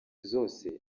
zose